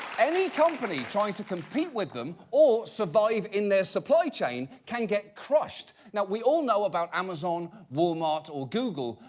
any company trying to compete with them or survive in their supply chain, can get crushed. now we all know about amazon, walmart or google,